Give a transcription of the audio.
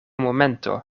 momento